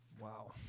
Wow